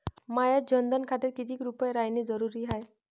माह्या जनधन खात्यात कितीक रूपे रायने जरुरी हाय?